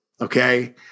Okay